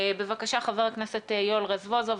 בבקשה, חבר הכנסת יואל רזבוזוב.